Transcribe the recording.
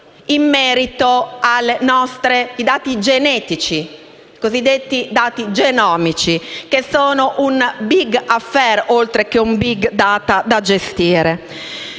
gestiti i dati genetici - i cosiddetti dati genomici - che sono un *big affair*, oltre che un *big data* da gestire.